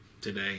today